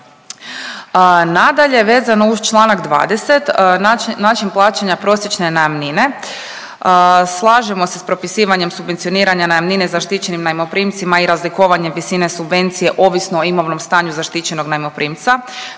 Nadalje vezano uz čl. 20., način plaćanja prosječne najamnine. Slažemo se s propisivanjem subvencioniranja najamnine zaštićenim najmoprimcima i razlikovanjem visine subvencije ovisno o imovnom stanju zaštićenog najmoprimca.